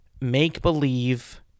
make-believe